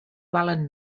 valen